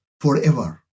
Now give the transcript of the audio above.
forever